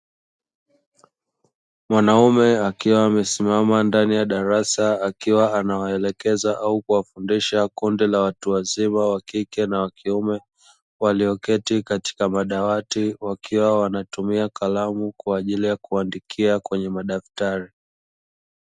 Mwanaume akiwa amesimama ndani ya darasa, akiwa anawaelekeza au kuwafundisha kundi la watu wazima, wa kike na wa kiume. Walioketi katika madawati, wakiwa wanatumia kalamu kwa ajili ya kuandikia kwenye madaftari.